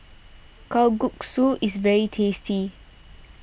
Kalguksu is very tasty